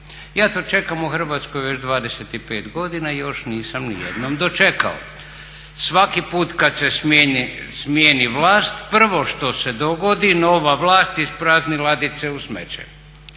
Ja to čekam u Hrvatskoj već 25 godina i još nisam niti jednom dočekao. Svaki put kad se smijeni vlast prvo što se dogodi, nova vlast isprazni ladice u smeće